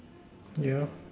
yeah